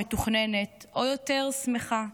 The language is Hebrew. מתוכננת או יותר שמחה.